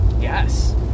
Yes